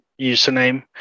username